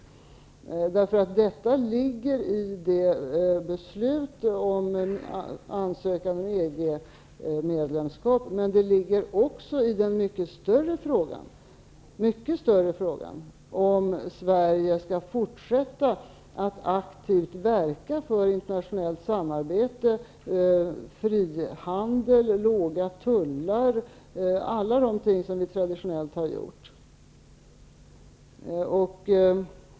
Detta ligger i ett beslut om ansökan om EG-medlemskap. Men det rör också den mycket större frågan om Sverige skall fortsätta att aktivt verka för internationellt samarbete, frihandel, låga tullar och alla de ting som vi traditionellt har verkat för.